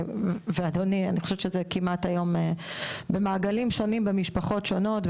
ואני חושבת שזה כמעט היום במעגלים שונים במשפחות שונות,